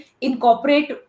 incorporate